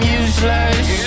useless